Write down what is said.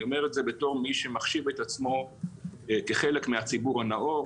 אני אומר את זה בתור מי שמחשיב את עצמו כחלק מהציבור הנאור,